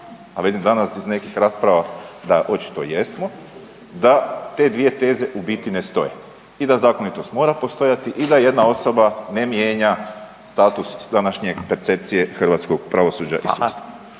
a vidim danas iz nekih rasprava da očito jesmo, da te dvije teze u biti ne stoje. I da zakonitost mora postojati i da jedna osoba ne mijenja status današnje percepcije hrvatskog pravosuđa i sudstva.